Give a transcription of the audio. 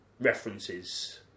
references